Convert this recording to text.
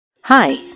Hi